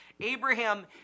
Abraham